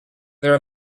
there